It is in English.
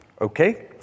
Okay